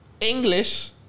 English